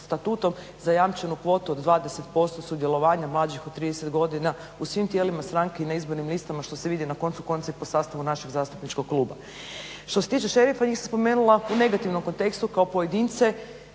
statutom zajamčenu kvotu od 20% sudjelovanja mlađih od 30 godina u svim tijelima stranke i na izbornim listama, što se vidi na koncu konca i po sastavu našeg zastupničkog kluba. Što se tiče šerifa, njih sam spomenula u negativnom kontekstu kao pojedince